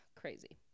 crazy